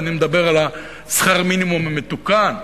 ואני מדבר על שכר המינימום המתוקן.